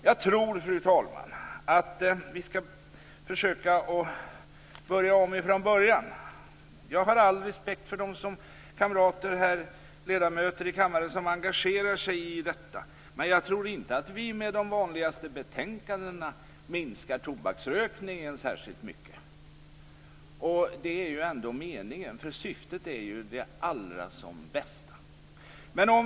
Jag tror, fru talman, att vi skall försöka börja om från början. Jag har all respekt för de kamrater och ledamöter i kammaren som engagerar sig i detta, men jag tror inte att vi med de vanliga betänkandena minskar tobaksrökningen särskilt mycket. Det är ju ändå meningen. Syftet är det allra bästa.